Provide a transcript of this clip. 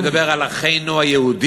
אני מדבר על אחינו היהודים.